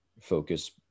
focus